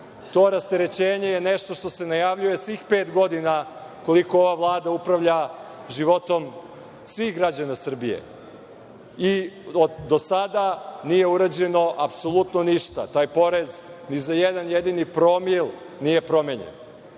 To rasterećenje je nešto što se najavljuje svih pet godina koliko ova Vlada upravlja životom svih građana Srbije. Do sada nije urađeno apsolutno ništa, taj porez ni za jedan jedini promil nije promenjen.